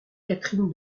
catherine